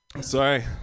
Sorry